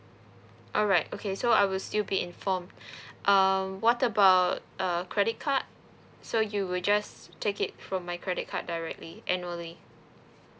alright okay so I will still be informed um what about a credit card so you will just take it from my credit card directly annually